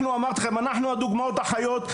אנחנו הדוגמאות החיות.